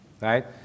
right